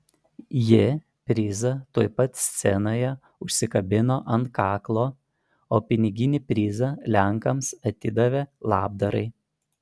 ji prizą tuoj pat scenoje užsikabino ant kaklo o piniginį prizą lenkams atidavė labdarai